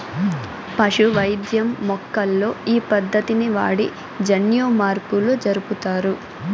పశు వైద్యం మొక్కల్లో ఈ పద్దతిని వాడి జన్యుమార్పులు జరుపుతారు